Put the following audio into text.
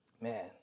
Man